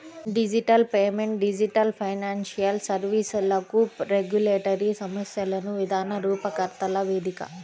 digital payment digital financial సర్వీస్లకు regulatory సమస్యలను విధాన రూపకర్తల వేదిక